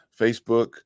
Facebook